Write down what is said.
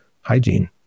hygiene